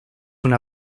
una